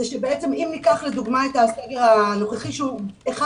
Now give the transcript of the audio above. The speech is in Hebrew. זה שבעצם אם ניקח לדוגמה את הסגר הנוכחי שהוא אחד